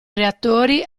reattori